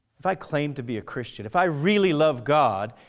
if i claim to be a christian, if i really love god,